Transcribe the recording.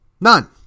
none